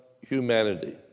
humanity